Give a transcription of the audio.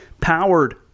powered